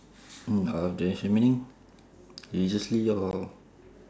mm out of direction meaning religiously or